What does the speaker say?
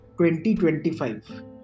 2025